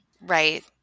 Right